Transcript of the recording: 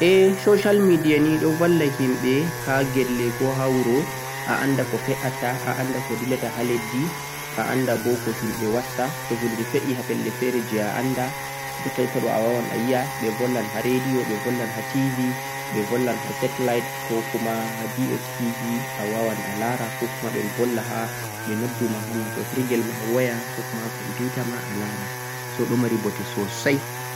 Halkaleru nyanar gizo nii ɗon valla himɓe ha anduko koh duggata ha lesdi koh ha duniyaru, andinte koh himɓe wontiri boo.